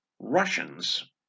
Russians